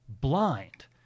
blind